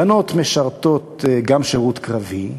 גם בנות משרתות שירות קרבי.